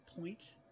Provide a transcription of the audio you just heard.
point